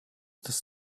das